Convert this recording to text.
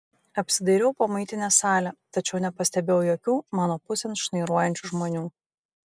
apsidairiau po muitinės salę tačiau nepastebėjau jokių mano pusėn šnairuojančių žmonių